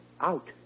Out